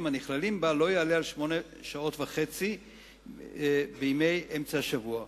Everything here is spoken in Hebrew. הנכללים בה לא יעלה על 8.5 שעות בימי אמצע השבוע.